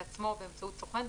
בעצמו או באמצעות סוכן,